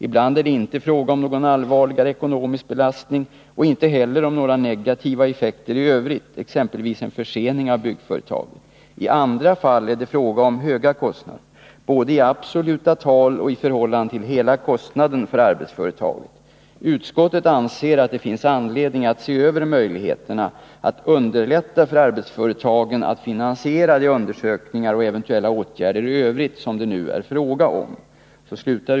Ibland är det inte fråga om någon allvarligare ekonomisk belastning och inte heller om några negativa effekter i Övrigt, exempelvis en försening av byggföretaget. I andra fall är det fråga om höga kostnader både i absoluta tal och i förhållande till hela kostnaden för arbetsföretaget. Utskottet anser att det finns anledning att se över möjligheterna att underlätta för arbetsföretagen att finansiera de undersökningar och eventuella åtgärder i övrigt som det nu år fråga om.